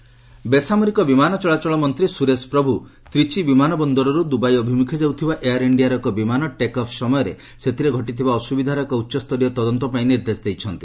ପ୍ରଭୁ ଇନକ୍ୱାରୀ ବେସାମରିକ ବିମାନ ଚଳାଚଳ ମନ୍ତ୍ରୀ ସୁରେଶ ପ୍ରଭୁ ତ୍ରିଚି ବିମାନବନ୍ଦରରୁ ଦୂବାଇ ଅଭିମ୍ରଖେ ଯାଉଥିବା ଏୟାର ଇଣ୍ଡିଆର ଏକ ବିମାନ ଟେକ୍ ଅଫ୍ ସମୟରେ ସେଥିରେ ଘଟିଥିବା ଅସ୍ତ୍ରବିଧାର ଏକ ଉଚ୍ଚସ୍ତରୀୟ ତଦନ୍ତ ପାଇଁ ନିର୍ଦ୍ଦେଶ ଦେଇଛନ୍ତି